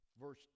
Verse